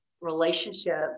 relationship